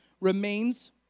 remains